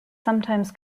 sometimes